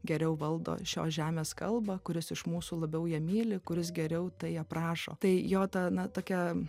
geriau valdo šios žemės kalbą kuris iš mūsų labiau ją myli kuris geriau tai aprašo tai jo ta na tokia